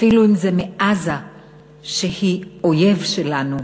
אפילו אם זה מעזה שהיא אויב שלנו,